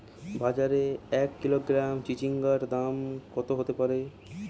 বাজারে এক কিলোগ্রাম চিচিঙ্গার দাম কত হতে পারে?